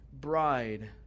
bride